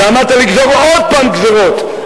ועמדת לגזור עוד פעם גזירות.